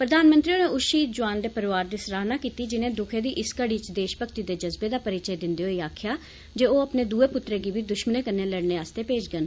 प्रधानमंत्री होरें उस ष्हीद जोआन दे परोआर दी सराहना कीत्ती जिनें दुक्खै दी इस घड़ी च देषभक्ती दे जज्बे दा परचिय दिंदे होई आक्खेआ जे ओह अपने दुए पुत्तरै गी बी दुश्मनें कन्नै लड़ने आस्तै भेजड़न